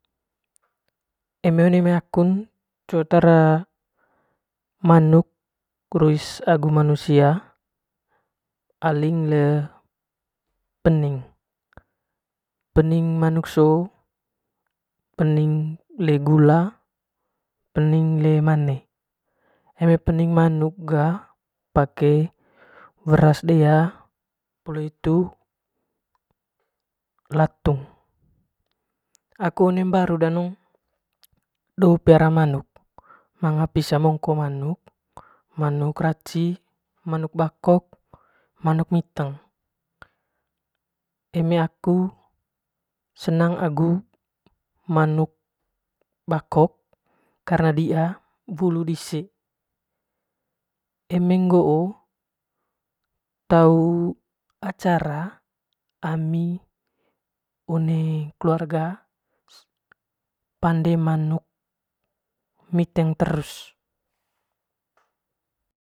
Eme one mai akun co tara manuk ruis agu manusia aling le pening pening mnauk so pening le gula pening le mane eme pening manuk ga pake weras dea latung aku one mbaru danong do peliara manuk manga oisa mongko manuk manuk raci manuk bakok manuk miteng eme aku senang agu manuk bakok karna di'a wulu dise eme ngo'o tau acara ami one keluarga pande panuk miteng terus.